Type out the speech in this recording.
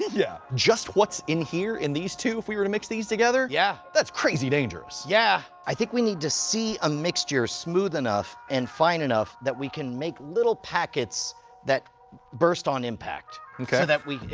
yeah, just what's in here in these two if we were to mix these together? yeah. that's crazy dangerous. yeah, i think we need to see a mixture smooth enough and fine enough that we can make little packets that burst on impact. okay. so that we,